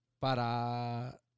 para